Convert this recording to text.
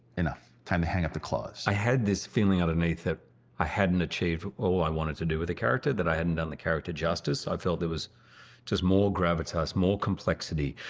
enough. time to hang up the claws. i had this feeling underneath that i hadn't achieved all i wanted to do with the character, that i hadn't done the character justice. i felt there was just more gravitas, more complexity.